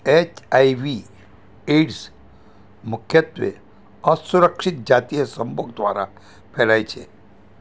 HIV AIDS મુખ્યત્વે અસુરક્ષિત જાતીય સંભોગ દ્વારા ફેલાય છે